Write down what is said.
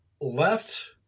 left